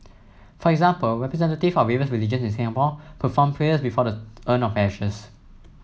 for example representative of various religions in Singapore performed prayers before the urn of ashes